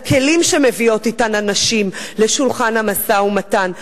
על הכלים שמביאות אתן הנשים לשולחן המשא-ומתן.